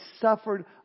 suffered